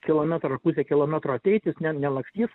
kilometrą ar pusę kilometro ateit jis ne nelakstys